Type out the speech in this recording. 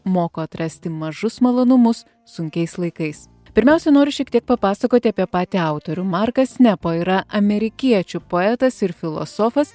moko atrasti mažus malonumus sunkiais laikais pirmiausia noriu šiek tiek papasakoti apie patį autorių markas nepo yra amerikiečių poetas ir filosofas